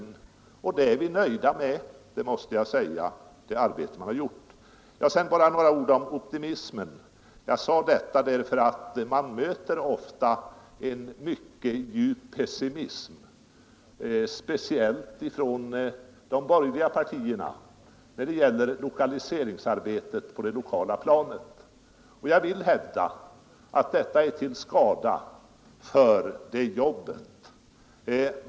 — Nr 145 Och jag måste säga att vi är nöjda med det arbete som gjorts. Fredagen den Så bara några ord om optimism. Jag nämnde detta därför att man ofta — 15 december 1972 möter en mycket djup pessimism, speciellt från de borgerliga partierna, Rts när det gäller lokaliseringsarbetet på det lokala planet. Jag vill hävda att Regional HeyeckA det är till skada för detta jobb.